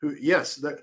yes